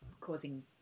causing